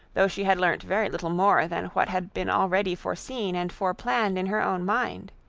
though she had learnt very little more than what had been already foreseen and foreplanned in her own mind.